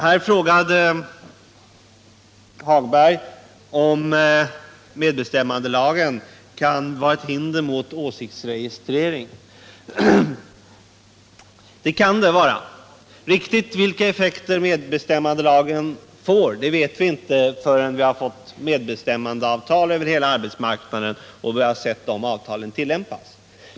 Lars-Ove Hagberg frågade om medbestämmandelagen kan vara ett hinder mot åsiktsregistrering. Det kan den vara. Riktigt vilka effekter medbestämmandelagen får vet vi inte förrän vi har fått medbestämmandeavtal över hela arbetsmarknaden och vi har sett de avtalen tillämpas.